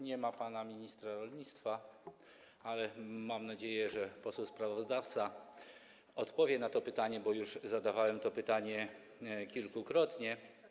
Nie ma pana ministra rolnictwa, ale mam nadzieję, że poseł sprawozdawca odpowie na to pytanie, które zadawałem już kilkakrotnie.